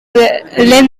lengthy